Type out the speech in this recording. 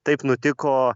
taip nutiko